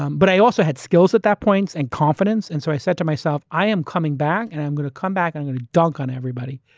um but i also had skills at that point and confidence. and so i said to myself i am coming back and i'm going to come back and i'm going to dunk on everybody.